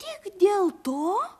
tik dėl to